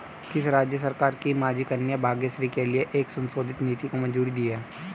किस राज्य सरकार ने माझी कन्या भाग्यश्री के लिए एक संशोधित नीति को मंजूरी दी है?